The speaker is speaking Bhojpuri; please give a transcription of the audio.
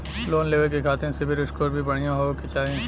लोन लेवे के खातिन सिविल स्कोर भी बढ़िया होवें के चाही?